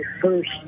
first